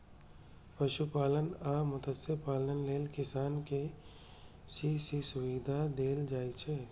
पशुपालन आ मत्स्यपालन लेल किसान कें के.सी.सी सुविधा देल जाइ छै